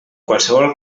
qualsevol